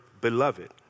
beloved